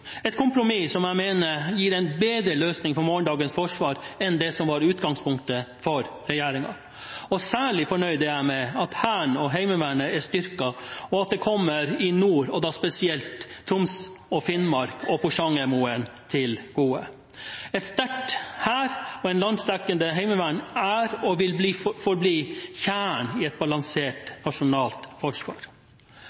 et kompromiss som jeg mener gir en bedre løsning for morgendagens forsvar enn det som var utgangspunktet for regjeringen. Særlig fornøyd er jeg med at Hæren og Heimevernet er styrket, at det kommer i nord, og at det kommer spesielt Troms og Finnmark og Porsangermoen til gode. En sterk hær og et landsdekkende heimevern er og vil forbli kjernen i et balansert